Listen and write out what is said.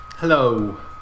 hello